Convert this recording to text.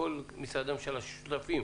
כל משרדי הממשלה ששותפים